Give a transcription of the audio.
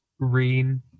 green